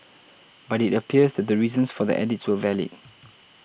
but it appears the reasons for the edits were valid